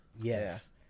yes